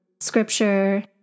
scripture